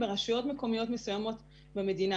ברשויות מקומיות מסוימות במדינה.